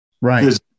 Right